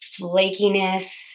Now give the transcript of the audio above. Flakiness